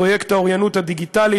פרויקט האוריינות הדיגיטלית,